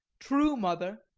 true, mother.